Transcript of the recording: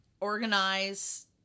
organize